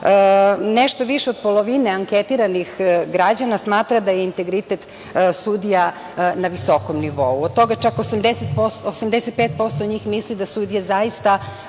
nešto više od polovine anketiranih građana smatra da je integritet sudija na visokom nivou. Od toga čak 85% njih misli da sudije zaista